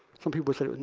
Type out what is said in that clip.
some people say